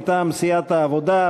מטעם סיעת העבודה.